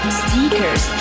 stickers